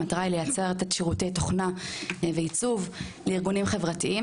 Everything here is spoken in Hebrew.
המטרה היא לייצר את כשירותי התוכנה ועיצוב לארגונים חברתיים.